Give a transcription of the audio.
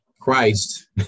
Christ